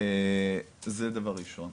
זה דבר ראשון.